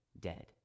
dead